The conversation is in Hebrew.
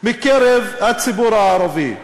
מקרב הציבור הערבי.